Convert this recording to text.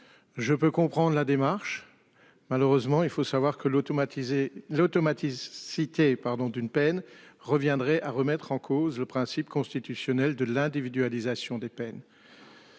Je peux comprendre la démarche. Malheureusement, il faut savoir que l'automatiser l'. Automaticité pardon d'une peine reviendrait à remettre en cause le principe constitutionnel de l'individualisation des peines.